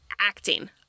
acting